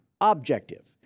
objective